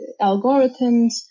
algorithms